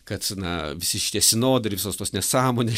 kad na visi šitie sinodai ir visos tos nesąmonės